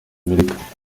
amerika